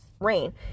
Rain